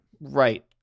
Right